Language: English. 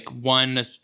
one